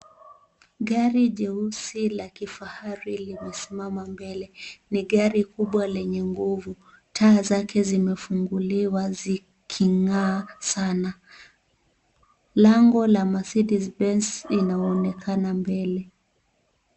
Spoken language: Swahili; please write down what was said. Gari jeusi la kifahari limesimama mbele. Ni gari kubwa lenye nguvu. Taa zake zimefunguliwa ziking'aa Sana. Lango la Mercedes Benz inaonekana mbele.